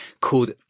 called